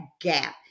gap